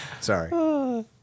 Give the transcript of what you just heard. Sorry